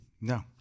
No